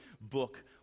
book